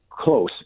close